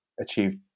achieved